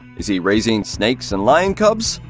is he raising snakes and lion cubs?